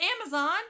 Amazon